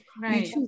right